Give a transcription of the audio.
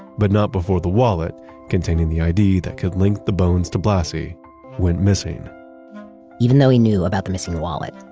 but not before the wallet containing the id that could link the bones to blassi went missing even though he knew about the missing wallet,